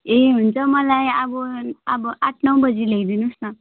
ए हुन्छ मलाई अब अब आठ नौ बजी ल्याइदिनुहोस् न